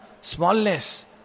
smallness